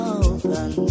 open